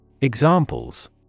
Examples